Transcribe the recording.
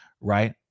right